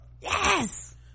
yes